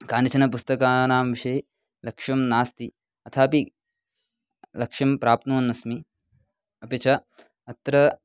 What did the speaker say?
कानिचन पुस्तकानां विषये लक्ष्यं नास्ति अथापि लक्ष्यं प्राप्नुवन्नस्मि अपि च अत्र